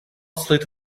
slid